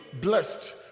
blessed